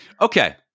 Okay